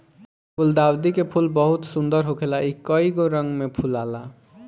गुलदाउदी के फूल बहुत सुंदर होखेला इ कइगो रंग में फुलाला